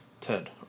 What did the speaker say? Ted